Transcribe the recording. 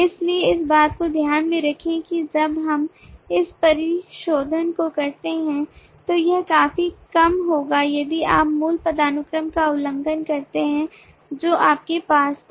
इसलिए इस बात को ध्यान में रखें कि जब हम इस परिशोधन को करते हैं तो यह काफी कम होगा यदि आप मूल पदानुक्रम का उल्लंघन करते हैं जो आपके पास था